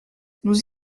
nous